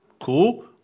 Cool